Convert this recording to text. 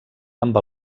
amb